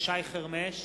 שי חרמש,